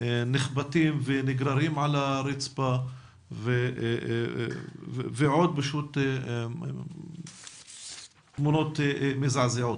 נחבטים ונגררים על הרצפה ועוד תמונות מזעזעות.